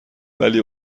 ولی